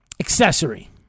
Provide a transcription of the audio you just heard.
accessory